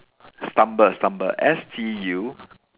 stumble stumble S T U